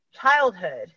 childhood